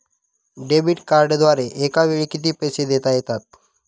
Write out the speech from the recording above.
Debit कार्डद्वारे एकावेळी किती पैसे देता येतात?